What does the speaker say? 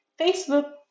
Facebook